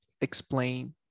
explain